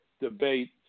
debate